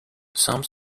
some